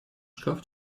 шкаф